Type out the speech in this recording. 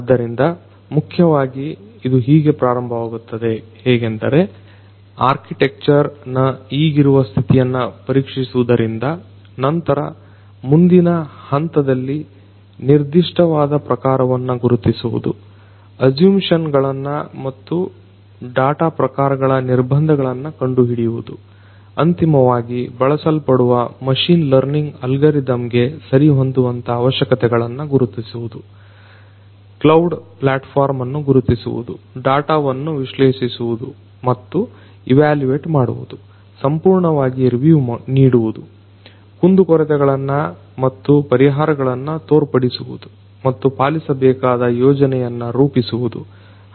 ಆದ್ದರಿಂದ ಮುಖ್ಯವಾಗಿ ಇದು ಹೀಗೆ ಪ್ರಾರಂಭವಾಗುತ್ತದೆ ಹೇಗೆಂದರೆ ಆರ್ಕಿಟೆಕ್ಚರ್ ನ ಈಗಿರುವ ಸ್ಥಿತಿಯನ್ನು ಪರೀಕ್ಷಿಸುವುದು ರಿಂದ ನಂತರ ಮುಂದಿನ ಹಂತದಲ್ಲಿ ನಿರ್ದಿಷ್ಟವಾದ ಪ್ರಕಾರವನ್ನು ಗುರುತಿಸುವುದು ಅಸ್ಸುಂಪ್ಷನ್ಸ್ ಗಳನ್ನು ಮತ್ತು ಡಾಟ ಪ್ರಕಾರಗಳ ನಿರ್ಬಂಧಗಳನ್ನು ಕಂಡುಹಿಡಿಯುವುದು ಅಂತಿಮವಾಗಿ ಬಳಸಲ್ಪಡುವ ಮಷೀನ್ ಲರ್ನಿಂಗ್ ಆಲ್ಗರಿದಮ್ ಗೆ ಸರಿಹೊಂದುವ ಅವಶ್ಯಕತೆಗಳನ್ನು ಗುರುತಿಸುವುದು ಕ್ಲೌಡ್ ಪ್ಲಾಟ್ ಫಾರ್ಮ್ ಅನ್ನು ಗುರುತಿಸುವುದು ಡಾಟವನ್ನು ವಿಶ್ಲೇಷಿಸುವುದು ಮತ್ತು ಈವಾಲಿವೇಟ್ ಮಾಡುವುದು ಸಂಪೂರ್ಣವಾಗಿ ರಿವಿವ್ ನೀಡುವುದು ಕುಂದುಕೊರತೆಗಳನ್ನು ಮತ್ತು ಪರಿಹಾರಗಳನ್ನು ತೋರ್ಪಡಿಸುವುದು ಮತ್ತು ಪಾಲಿಸಬೇಕಾದ ಯೋಜನೆಯನ್ನು ರೂಪಿಸುವುದು